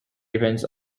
depends